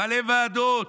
מלא ועדות,